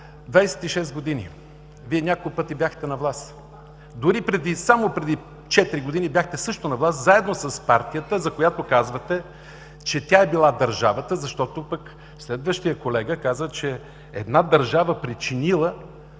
години! Вие няколко пъти бяхте на власт. Дори само преди четири години бяхте също на власт, заедно с партията, за която казвате, че е била държавата, защото пък следващият колега каза, че е една държава, причинила